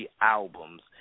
albums